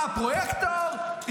בא הפרויקטור,